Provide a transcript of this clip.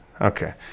Okay